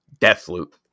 Deathloop